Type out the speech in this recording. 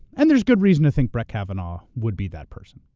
and there's good reason to think brett kavanaugh would be that person.